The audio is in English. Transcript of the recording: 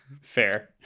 fair